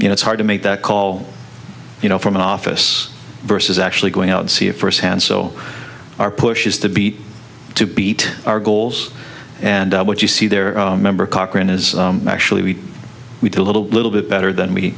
you know it's hard to make that call you know from an office versus actually going out and see it firsthand so our push is to beat to beat our goals and what you see there on member cochran is actually we we did a little a little bit better than we